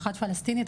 אחת פלסטינית,